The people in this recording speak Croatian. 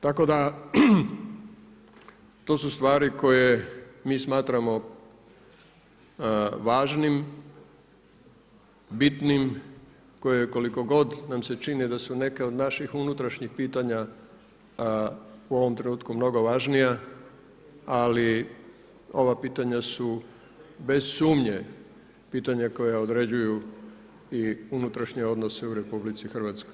Tako da su to stvari koje mi smatramo važnim, bitnim, koje kolikogod nam se čini da se neke od naših unutrašnjih pitanja u ovom trenutku mnogo važnija, ali ova pitanja su bez sumnje pitanja koja određuju i unutrašnje odnose u RH.